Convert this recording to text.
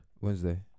Wednesday